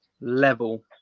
level